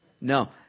no